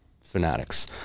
Fanatics